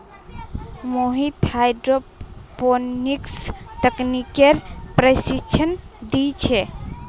Mohit hydroponics तकनीकेर प्रशिक्षण दी छे